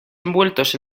envueltos